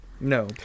no